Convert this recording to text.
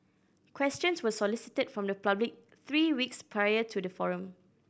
questions were solicited from the public three weeks prior to the forum